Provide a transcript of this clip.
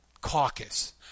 caucus